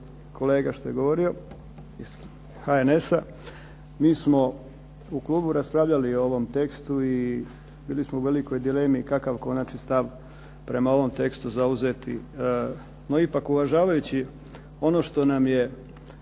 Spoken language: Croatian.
kolega što je govorio iz HNS-a, mi smo u klubu raspravljali o ovom tekstu i bili smo u velikoj dilemi kakav konačni stav prema ovom tekstu zauzeti. No ipak uvažavajući ono što nam je